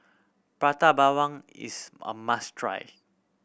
Prata Bawang is a must try